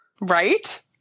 right